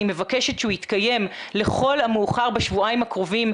אני מבקשת שהוא יתקיים לכל המאוחר בשבועיים הקרובים,